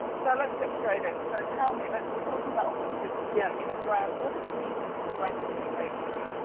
so let's get straight in, so tell me, we're talking about authenticity ah in a brand. what does it mean to you from a brand communication?